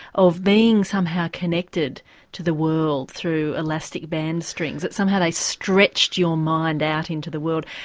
of being somehow connected to the world through elastic band strings, that somehow they stretched your mind out into the world.